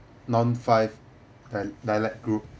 non five dia~ dialect group